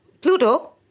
Pluto